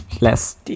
less